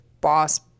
boss